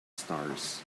stars